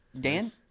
Dan